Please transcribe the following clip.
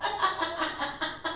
drama lah keshav